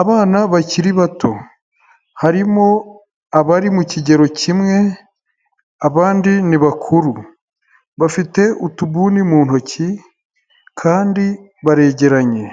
Abana bakiri bato, harimo abari mu kigero kimwe, abandi ni bakuru, bafite utubuni mu ntoki kandi baregeranye,